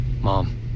mom